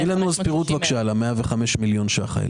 תני לנו פירוט על ה-105 מיליון שקל האלה.